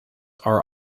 are